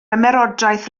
ymerodraeth